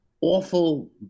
awful